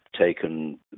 taken